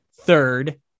third